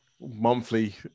monthly